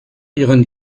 ihren